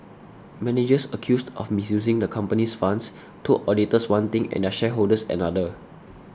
managers accused of misusing the comopany's funds told auditors one thing and their shareholders another